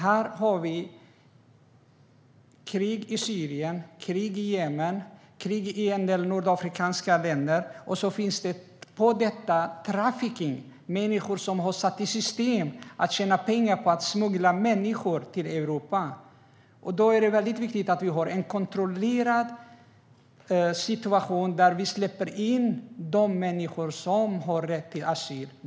Vi har krig i Syrien, krig i Jemen och krig i en del nordafrikanska länder. Utöver det finns trafficking. Det är människor som har satt i system att tjäna pengar på att smuggla människor till Europa. Då är det väldigt viktigt att vi har en kontrollerad situation där vi släpper in de människor som har rätt till asyl.